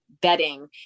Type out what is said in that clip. bedding